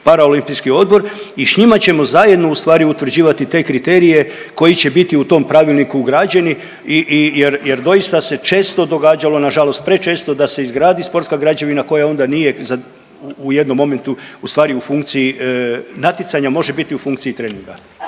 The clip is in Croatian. i šnjima ćemo zajedno u stvari utvrđivati te kriterije koji će biti u tom Pravilniku ugrađeni. Jer doista se često događalo na žalost prečesto da se izgradi sportska građevina koja onda nije u jednom momentu u stvari funkciji natjecanja. Može biti u funkciji treninga.